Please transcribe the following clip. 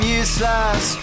useless